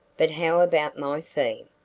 but how about my fee?